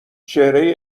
چهره